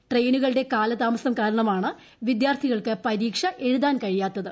ട്രെയ്യിനുകളുടെ കാലതാമസം കാരണം ആണ് വിദ്യാർത്ഥികൾക്ക് പ്പരീക്ഷ എഴുതാൻ കഴിയാത്തത്